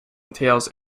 entails